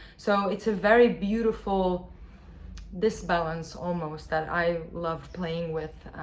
so it's a very beautiful disbalance, almost, that i love playing with,